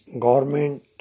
government